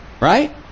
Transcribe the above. Right